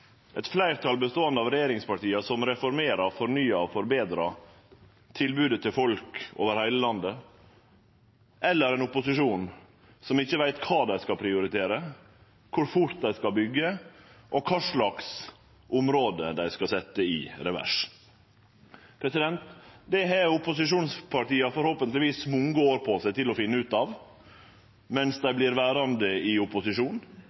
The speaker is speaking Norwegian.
eit fleirtal som består av regjeringspartia, som reformerer, fornyar og forbetrar tilbodet til folk over heile landet, og ein opposisjon som ikkje veit kva dei skal prioritere, kor fort dei skal byggje, eller kva slags område dei skal setje i revers. Det har opposisjonspartia forhåpentlegvis mange år på seg til å finne ut av medan dei vert verande i opposisjon.